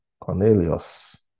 Cornelius